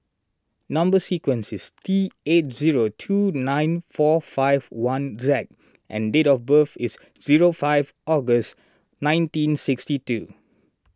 Number Sequence is T eight zero two nine four five one Z and date of birth is zero five August nineteen sixty two